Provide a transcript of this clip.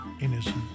innocent